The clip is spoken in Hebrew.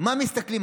איך מסתכלים?